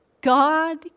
God